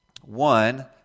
One